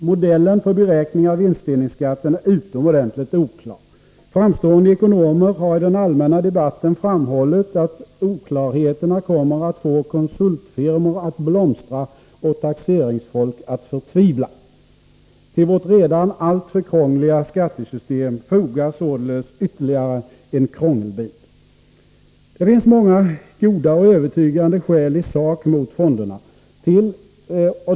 Modellen för beräkning av vinstdelningsskatten är utomordentligt oklar. Framstående ekonomer har i den allmänna debatten framhållit att oklarheterna kommer att få konsultfirmor att blomstra och taxeringsfolk att förtvivla. Till vårt redan alltför krångliga skattesystem fogas således ytterligare en krångelbit. Det finns många goda och övertygande skäl i sak mot fonderna.